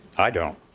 i don't.